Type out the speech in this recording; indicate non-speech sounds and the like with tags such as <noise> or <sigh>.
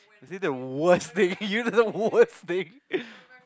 is this the worst thing <laughs> you the worst thing